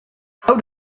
how